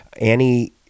Annie